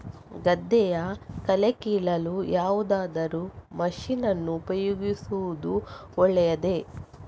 ಗದ್ದೆಯ ಕಳೆ ಕೀಳಲು ಯಾವುದಾದರೂ ಮಷೀನ್ ಅನ್ನು ಉಪಯೋಗಿಸುವುದು ಒಳ್ಳೆಯದೇ?